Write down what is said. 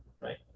right